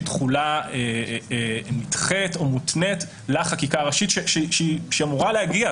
תחולה נדחית או מותנית לחקיקה הראשית שאמורה להגיע.